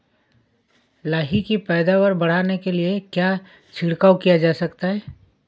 लाही की पैदावार बढ़ाने के लिए क्या छिड़काव किया जा सकता है?